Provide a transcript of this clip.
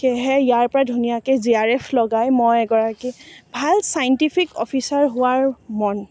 সেয়েহে ইয়াৰ পৰা ধুনীয়াকৈ জে আৰ এফ লগাই মই এগৰাকী ভাল ছাইণ্টিফিক অ'ফিচাৰ হোৱাৰ মন